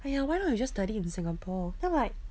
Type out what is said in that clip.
!aiya! why not you just study in singapore then I'm like